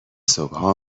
صبحها